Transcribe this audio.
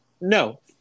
no